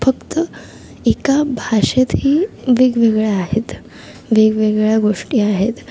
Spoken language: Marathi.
फक्त एका भाषेतही वेगवेगळ्या आहेत वेगवेगळ्या गोष्टी आहेत